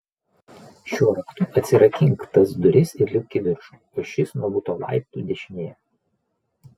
šiuo raktu atsirakink tas duris ir lipk į viršų o šis nuo buto laiptų dešinėje